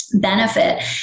benefit